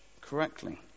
correctly